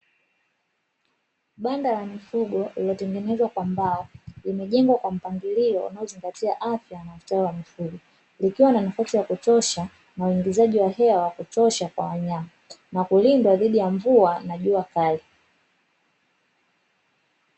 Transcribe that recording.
Banda la mifugo iliyotengenezwa kwa mbao limejengwa kwa mpangilio unaozingatia afya na ustawi wa mifugo, likiwa na nafasi ya kutosha na uingizaji wa hewa ya kutosha kwa wanyama na kulindwa dhidi ya mvua na jua kali.